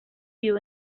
you